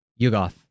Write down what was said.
Yugoth